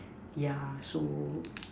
yeah so